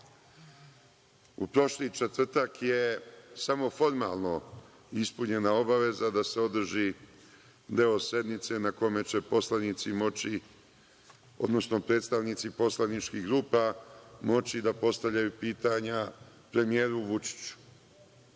prošli četvrtak je, samo formalno, ispunjena obaveza da se održi deo sednice na kome će predstavnici poslaničkih grupa moći da postavljaju pitanja premijeru Vučiću.